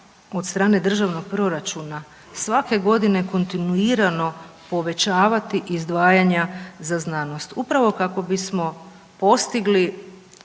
od strane državnog proračuna svake godine kontinuirano povećavati izdvajanja za znanost upravo kako bismo postigli